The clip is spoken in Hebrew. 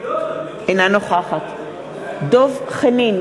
אינה נוכחת דב חנין,